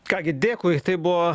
ką gi dėkui tai buvo